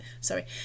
sorry